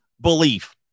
belief